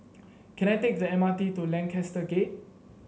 can I take the M R T to Lancaster Gate